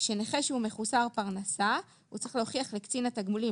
נכה שהוא מחוסר פרנסה צריך להוכיח לקצין התגמולים,